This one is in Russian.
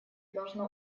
должно